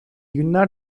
günler